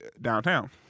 downtown